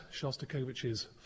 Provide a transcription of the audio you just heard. Shostakovich's